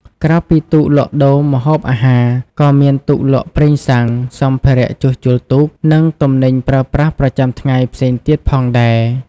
ក្រៅពីទូកលក់ដូរម្ហូបអាហារ ក៏មានទូកលក់ប្រេងសាំង សម្ភារៈជួសជុលទូក និងទំនិញប្រើប្រាស់ប្រចាំថ្ងៃផ្សេងទៀតផងដែរ។